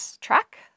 track